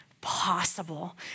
possible